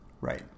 Right